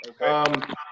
Okay